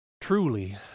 truly